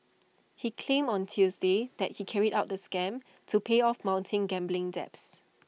he claimed on Tuesday that he carried out the scam to pay off mounting gambling debts